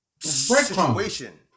situation